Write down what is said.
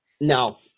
No